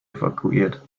evakuiert